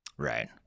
right